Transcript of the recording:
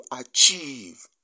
achieve